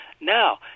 Now